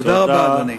תודה רבה, אדוני.